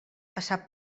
passar